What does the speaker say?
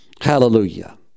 Hallelujah